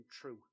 true